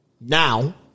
Now